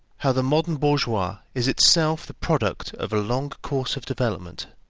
how the modern bourgeoisie is itself the product of a long course of development,